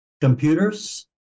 computers